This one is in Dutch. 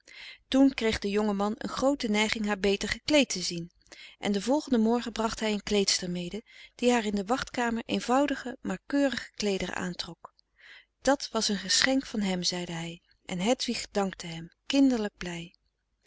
toen kreeg de jonge man een groote neiging haar beter gekleed te zien en den volgenden morgen bracht hij een kleedster mede die haar in de wachtkamer eenvoudige maar keurige kleederen aantrok dat was een geschenk van hem zeide hij en hedwig dankte hem kinderlijk blij